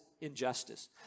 injustice